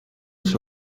its